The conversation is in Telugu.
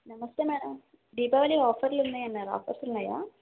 నమస్తే మేడం దీపావళి ఆఫర్లు ఉన్నాయన్నారు ఆఫర్స్ ఉన్నాయా